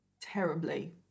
terribly